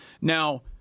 Now